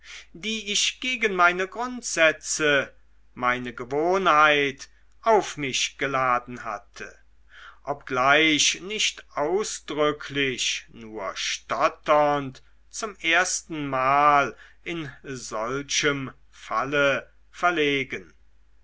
die ich gegen meine grundsätze meine gewohnheit auf mich geladen hatte obgleich nicht ausdrücklich nur stotternd zum ersten mal in solchem falle verlegen